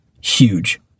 huge